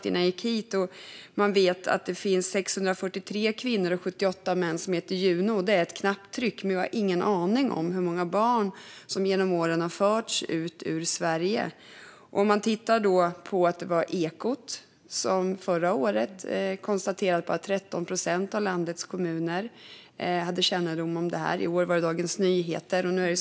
Innan jag gick hit sökte jag och fick veta att det finns 643 kvinnor och 78 män som heter Juno. Det fick jag fram genom ett knapptryck. Men vi har ingen aning om hur många barn som genom åren har förts ut ur Sverige. Ekot konstaterade förra året att bara 13 procent av landets kommuner hade kännedom om detta. I år rapporterade Dagens Nyheter om det här.